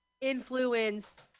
influenced